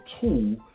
tool